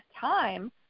time